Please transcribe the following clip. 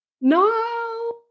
No